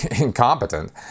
incompetent